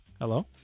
Hello